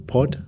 Pod